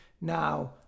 Now